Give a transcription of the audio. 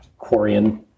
Quarian